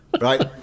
Right